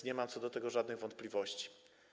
Nie ma co do tego żadnych wątpliwości.